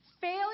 Failure